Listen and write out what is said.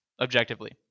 objectively